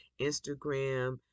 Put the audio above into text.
Instagram